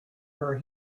where